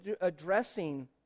addressing